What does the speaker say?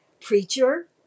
preacher